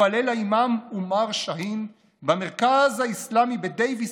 התפלל האימאם עמאר שאהין במרכז האסלאמי בדייוויס,